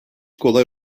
kolay